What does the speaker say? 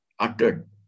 uttered